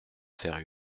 faire